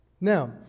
Now